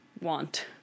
want